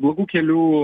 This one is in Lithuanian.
blogų kelių